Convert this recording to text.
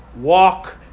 Walk